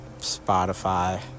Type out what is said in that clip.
Spotify